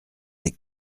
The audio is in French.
des